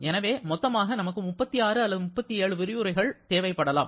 எனவே மொத்தமாக நமக்கு 36 அல்லது 37 விரிவுரைகள் நமக்கு தேவைப்படலாம்